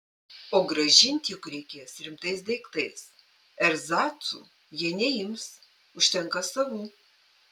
o grąžinti juk reikės rimtais daiktais erzacų jie neims užtenka savų